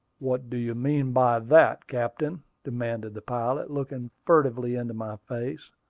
what do you mean by that, captain? demanded the pilot, looking furtively into my face.